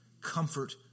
comfort